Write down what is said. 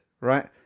right